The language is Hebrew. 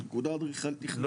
נקודה אדריכלית, נקודה תכנונית.